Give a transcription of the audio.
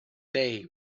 they